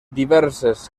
diverses